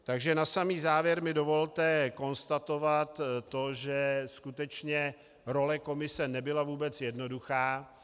Takže na samý závěr mi dovolte konstatovat, že skutečně role komise nebyla vůbec jednoduchá.